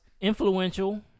influential